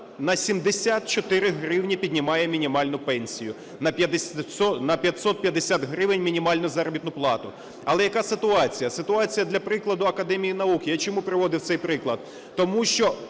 на 74 гривні піднімає мінімальну пенсію, на 550 гривень – мінімальну заробітну плату. Але яка ситуація? Ситуація, для прикладу, Академії наук. Я чому приводив цей приклад? Тому що